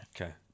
Okay